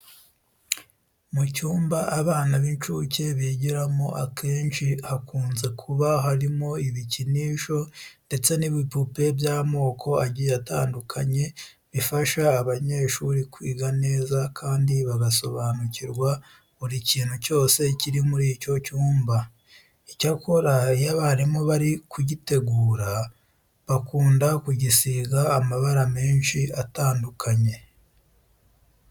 Mu cyumba abana b'incuke bigiramo akenshi hakunze kuba harimo ibikinisho ndetse n'ibipupe by'amoko agiye atandukanye bifasha abanyeshuri kwiga neza kandi bagasobanukirwa buri kintu cyose kiri muri icyo cyumba. Icyakora iyo abarimu bari kugitegura, bakunda kugisiga amabara menshi atandukanye.